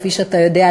כפי שאתה יודע,